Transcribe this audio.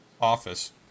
office